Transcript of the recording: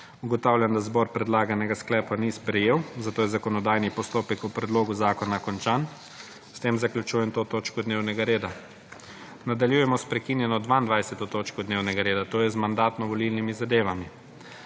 Ugotavljam, da zbor predlaganega sklepa ni sprejet, zato je zakonodajni postopek o predlog zakona končan. S tem zaključujem to točko dnevnega reda. Nadaljujemo sprekinjeno 22. točko dnevnega reda, to je z Mandatno-volilnimi zadevami.